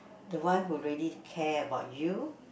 the one who really care about you